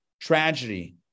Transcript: tragedy